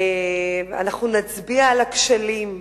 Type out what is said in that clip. אנחנו נצביע על הכשלים,